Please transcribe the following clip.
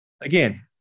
Again